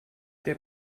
der